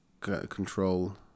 control